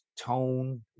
tone